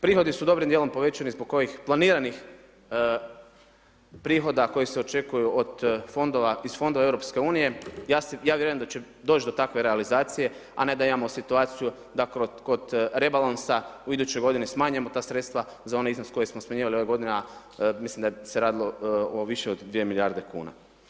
Prihodi su dobrim dijelom povećani zbog ovih planiranih prihoda koji se očekuju od fondova, iz fondova Europske unije, ja vjerujem da će doći do takve realizacije, a ne da imamo situaciju da kod rebalansa u idućoj godini smanjimo ta sredstva za onaj iznos koji smo smanjivali ove godine, mislim da se radilo o više od 2 milijarde kuna.